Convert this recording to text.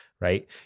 right